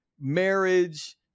marriage